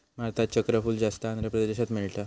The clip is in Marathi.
भारतात चक्रफूल जास्त आंध्र प्रदेशात मिळता